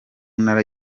ntara